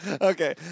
Okay